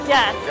Yes